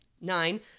Nine